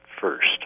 First